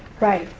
right,